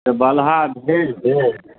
बलहा भेज देब